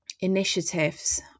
initiatives